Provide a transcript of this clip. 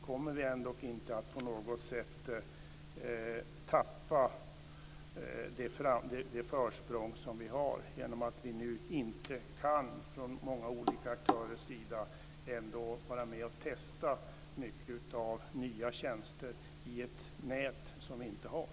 Kommer vi ändock inte att på något sätt tappa det försprång som vi har genom att olika aktörer inte kan vara med och testa mycket av nya tjänster i ett nät som vi inte har?